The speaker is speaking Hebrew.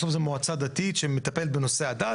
בסוף זו מועצה דתית שמטפלת בנושא הדת,